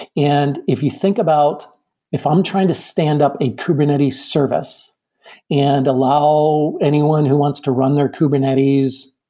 and if you think about if i'm trying to stand up a kubernetes service and allow anyone who wants to run their kubernetes,